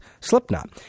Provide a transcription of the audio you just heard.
Slipknot